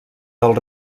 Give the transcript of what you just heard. del